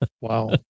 Wow